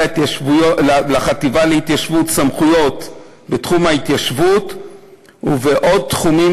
להתיישבות סמכויות בתחום ההתיישבות ובעוד תחומים